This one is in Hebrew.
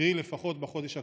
קרי, לפחות בחודש הקרוב,